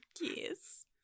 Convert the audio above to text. Yes